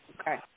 Okay